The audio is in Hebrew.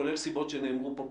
כולל סיבות שנאמרו פה בחדר,